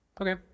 Okay